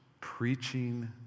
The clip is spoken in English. preaching